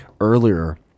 earlier